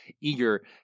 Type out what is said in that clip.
eager